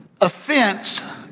offense